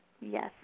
Yes